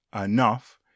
enough